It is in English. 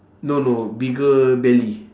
no no bigger belly